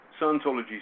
Scientology